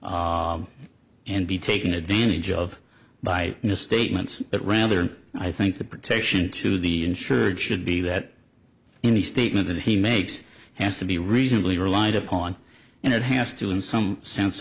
to and be taken advantage of by misstatements but rather i think the protection to the insured should be that any statement that he makes has to be reasonably relied upon and it has to in some sense